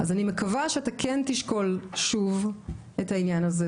אני מקווה שאתה תשקול שוב את העניין הזה.